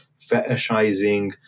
fetishizing